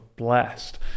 blessed